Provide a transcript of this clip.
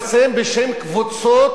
ותקראו את מה שמתפרסם בשם קבוצות,